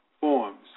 forms